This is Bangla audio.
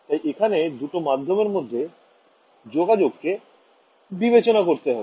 তাই এখানে দুটো মাধ্যমের মধ্যে যোগাযোগ কে বিবেচনা করতে হবে